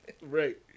Right